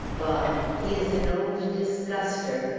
bah! he is an old disguster!